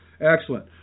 Excellent